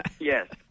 Yes